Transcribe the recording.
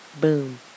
Boom